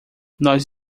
nós